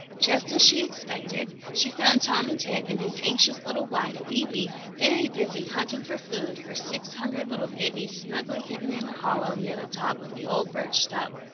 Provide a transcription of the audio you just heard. just as she expected, she found tommy tit and his anxious little wife, phoebe, very busy hunting for food for six hungry little babies snugly hidden in a hollow near the top of the old birch-stub.